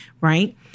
right